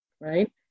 right